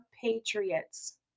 patriots